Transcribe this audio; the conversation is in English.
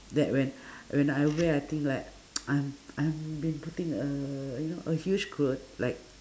that when when I wear I think like I'm I'm been putting a you know a huge coat like